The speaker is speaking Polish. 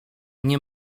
nie